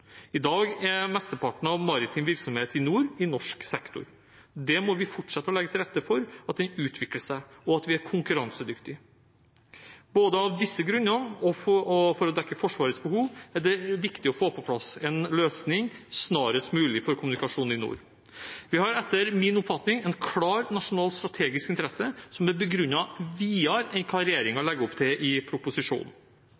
I dag er mesteparten av maritim virksomhet i nord i norsk sektor. Vi må fortsette å legge til rette for at den utvikler seg, og for at vi er konkurransedyktige. Av hensyn både til disse grunnene og for å dekke Forsvarets behov er det viktig å få på plass en løsning for kommunikasjon i nord snarest mulig. Vi har etter min oppfatning en klar nasjonal strategisk interesse som er begrunnet videre enn